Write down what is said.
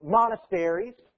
monasteries